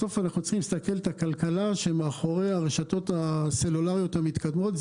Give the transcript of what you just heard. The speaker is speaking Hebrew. בסוף אנחנו צריכים להסתכל על הכלכלה שמאחורי הרשתות הסלולריות המתקדמות.